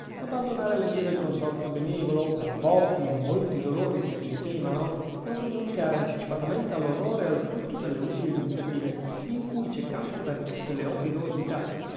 abbandonare le vie del consorzio benevolo per pochi o molti dolori che se ne temano è un rinunziare anticipatamente all'onore e al frutto delle utili iniziative in cui c'è campo per tutte le operosità